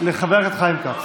לחבר הכנסת חיים כץ.